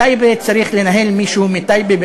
את טייבה צריך לנהל מישהו מטייבה,